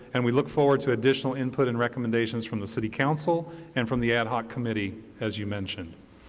and we look forward to additional input and recommendations from the city council and from the ad hoc committee, as you mentioned.